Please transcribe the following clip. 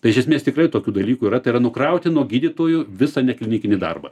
tai iš esmės tikrai tokių dalykų yra tai yra nukrauti nuo gydytojų visą neklinikinį darbą